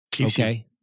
okay